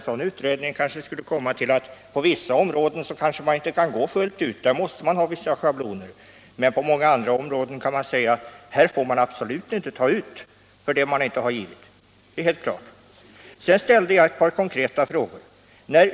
En utredning skulle kanske komma till att man på vissa områden inte kan gå fullt ut utan måste ha schabloner, men på många andra kan man säga: Här får avgift absolut inte tas ut för det som inte har givits. Jag ställde ett par konkreta frågor.